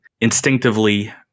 instinctively